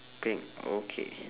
pink okay